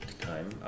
time